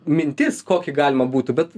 mintis kokį galima būtų bet